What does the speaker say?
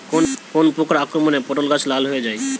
কোন প্রকার আক্রমণে পটল গাছ লাল হয়ে যায়?